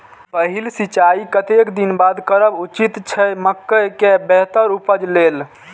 पहिल सिंचाई कतेक दिन बाद करब उचित छे मके के बेहतर उपज लेल?